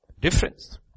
Difference